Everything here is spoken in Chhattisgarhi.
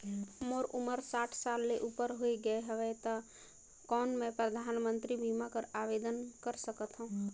मोर उमर साठ साल ले उपर हो गे हवय त कौन मैं परधानमंतरी बीमा बर आवेदन कर सकथव?